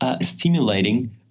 Stimulating